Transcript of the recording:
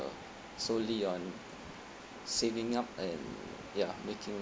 solely on saving up and ya making